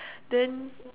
then